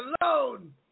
alone